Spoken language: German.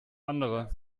andere